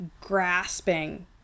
grasping